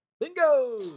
Bingo